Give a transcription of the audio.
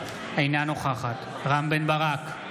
אינה נוכחת רם בן ברק,